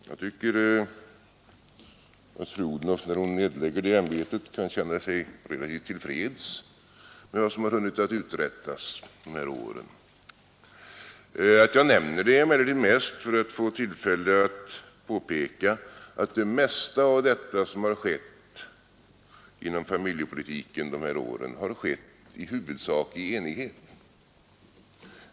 Jag tycker att fru Odhnoff när hon nedlägger det ämbetet kan känna sig relativt till freds med vad som har hunnit att uträttas under de här åren. Att jag nämner detta är emellertid mest för att få tillfälle att påpeka att det mesta av det som skett inom familjepolitiken under de här åren har skett i huvudsaklig enighet.